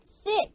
six